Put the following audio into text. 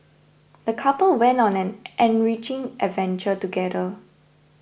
the couple went on an enriching adventure together